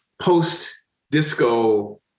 post-disco